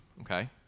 okay